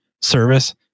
service